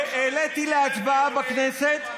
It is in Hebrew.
והעליתי להצבעה בכנסת,